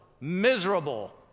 miserable